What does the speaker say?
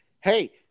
Hey